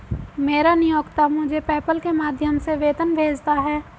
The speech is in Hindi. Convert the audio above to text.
मेरा नियोक्ता मुझे पेपैल के माध्यम से वेतन भेजता है